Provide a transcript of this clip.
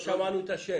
בבקשה אדוני.